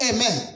Amen